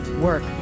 work